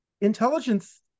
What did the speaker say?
Intelligence